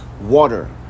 water